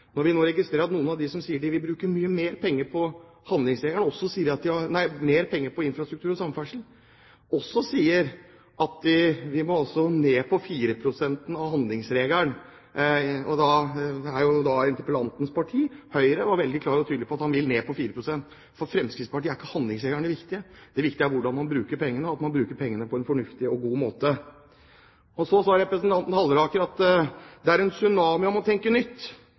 når vi nå registrerer at noen av dem som sier at de vil bruke mye mer penger på infrastruktur og samferdsel, også sier at vi må ned på 4 pst. igjen, til handlingsregelen. Interpellanten fra Høyre var veldig klar og tydelig på at han og Høyre vil ned på 4 pst. For Fremskrittspartiet er ikke handlingsregelen det viktige. Det viktige er hvordan man bruker pengene, og at man bruker pengene på en fornuftig og god måte. Så sa representanten Halleraker at det er en «tsunami» om å tenke nytt.